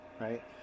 right